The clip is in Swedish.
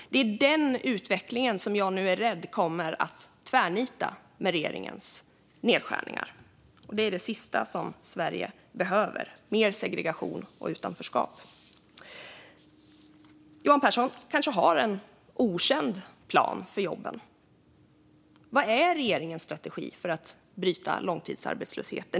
Det är denna utveckling som jag nu är rädd kommer att tvärnita med regeringens nedskärningar. Det sista Sverige behöver är ju mer segregation och utanförskap. Johan Pehrson kanske har en okänd plan för jobben. Vad är regeringens strategi för att bryta långtidsarbetslösheten?